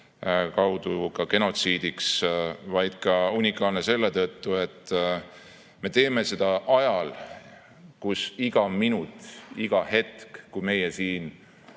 kaudu genotsiidiks, vaid unikaalne ka selle tõttu, et me teeme seda ajal, kui iga minut, iga hetk, kui meie siin